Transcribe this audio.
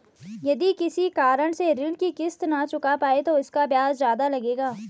यदि किसी कारण से ऋण की किश्त न चुका पाये तो इसका ब्याज ज़्यादा लगेगा?